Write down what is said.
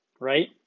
right